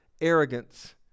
arrogance